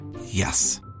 Yes